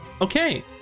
Okay